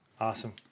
Awesome